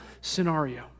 scenario